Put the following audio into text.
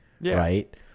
right